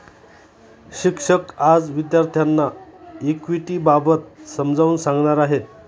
शिक्षक आज विद्यार्थ्यांना इक्विटिबाबत समजावून सांगणार आहेत